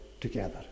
together